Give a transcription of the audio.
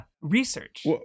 research